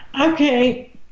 okay